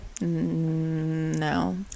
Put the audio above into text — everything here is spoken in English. no